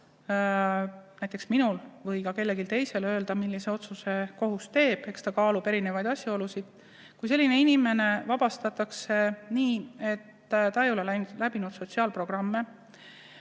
teisel on väga keeruline öelda, millise otsuse kohus teeb, eks ta kaalub erinevaid asjaolusid –, aga kui selline inimene vabastatakse nii, et ta ei ole läbinud sotsiaalprogramme,